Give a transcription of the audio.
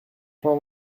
plein